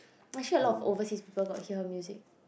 actually a lot of overseas people got hear her music